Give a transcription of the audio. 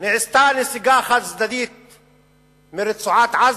נעשתה נסיגה חד-צדדית מרצועת-עזה,